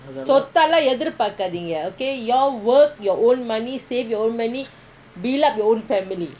சொத்தெல்லாம்எதிர்பாக்காதீங்க:soththellam ethir paakatheenka okay you all work your own money save your own money build up your own family